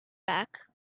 back